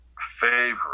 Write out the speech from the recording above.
favorite